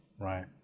Right